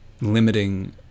limiting